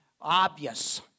obvious